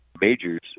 majors